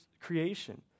creation